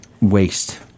waste